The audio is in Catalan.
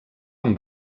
amb